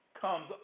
comes